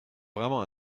vraiment